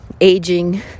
aging